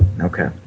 Okay